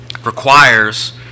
requires